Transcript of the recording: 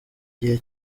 gihe